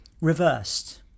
reversed